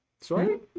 sorry